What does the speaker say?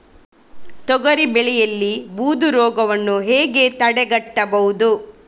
ತೊಗರಿ ಬೆಳೆಯಲ್ಲಿ ಬೂದು ರೋಗವನ್ನು ಹೇಗೆ ತಡೆಗಟ್ಟಬಹುದು?